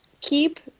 Keep